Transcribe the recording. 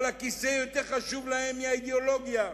אבל הכיסא יותר חשוב להם מאידיאולוגיה,